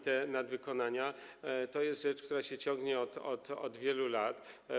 Te nadwykonania to jest rzecz, która się ciągnie od wielu lat.